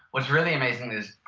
what's really amazing is,